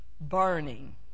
burning